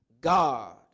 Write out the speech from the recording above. God